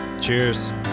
Cheers